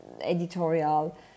editorial